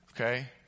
Okay